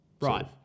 Right